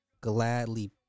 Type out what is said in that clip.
gladly